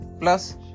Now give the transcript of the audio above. plus